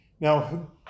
Now